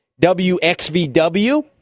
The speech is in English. WXVW